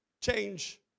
change